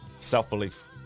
Self-belief